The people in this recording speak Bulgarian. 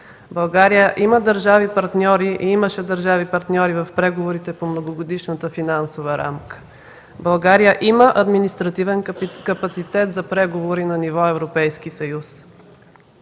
България има държави партньори и имаше държави партньори в преговорите по Многогодишната финансова рамка. България има административен капацитет за преговори на ниво Европейски съюз.